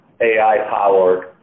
AI-powered